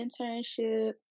internship